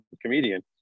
comedian